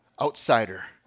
outsider